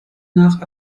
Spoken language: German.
nach